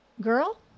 girl